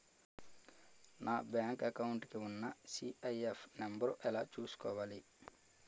నా bank account కి ఉన్న సి.ఐ.ఎఫ్ నంబర్ ఎలా చూసుకోవాలి?